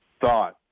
thought